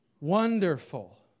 wonderful